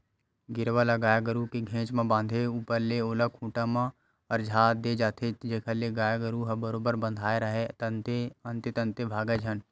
गेरवा ल गाय गरु के घेंच म बांधे ऊपर ले ओला खूंटा म अरझा दे जाथे जेखर ले गाय गरु ह बरोबर बंधाय राहय अंते तंते भागय झन